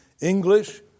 English